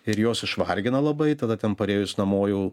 ir jos išvargina labai tada ten parėjus namo jau